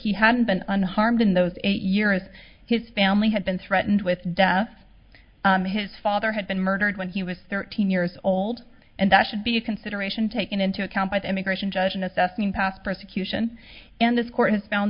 he hadn't been unharmed in those eight years his family had been threatened with death his father had been murdered when he was thirteen years old and that should be a consideration taken into account by the immigration judge in assessing past persecution and this court found